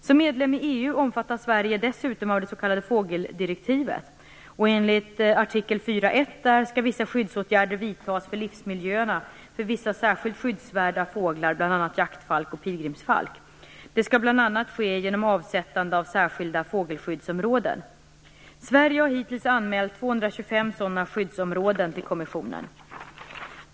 Som medlem i EU omfattas Sverige dessutom av det s.k. fågeldirektivet. Enligt artikel 4.1 i fågeldirektivet skall vissa skyddsåtgärder vidtas för livsmiljöerna för vissa särskilt skyddsvärda fåglar, bl.a. jaktfalk och pilgrimsfalk. Detta skall bl.a. ske genom avsättande av särskilda fågelskyddsområden. Sverige har hittills anmält 225 sådana skyddsområden till kommissionen.